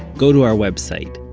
go to our website,